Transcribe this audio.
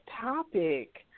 topic